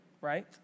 right